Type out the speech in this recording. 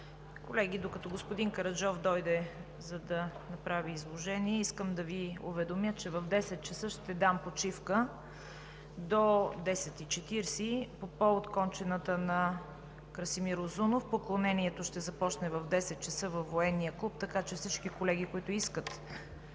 Колеги, докато господин Караджов дойде, за да направи изложение, искам да Ви уведомя, че от 10,00 ч. до 10,40 ч. ще дам почивка по повод кончината на Красимир Узунов. Поклонението ще започне в 10,00 ч. във Военния клуб, така че всички колеги, които искат